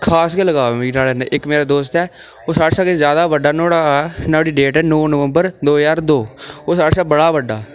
खास गै लगाव ऐ न्हाड़े कन्नै इक्क मेरा दोस्त ऐ ओह् साढ़े शा किश जादा बड्डा नुहाड़ा नुहाड़ी डेट ऐ नौ नंबवर दो ज्हार दोओह् साढ़े शा बडा बड्डा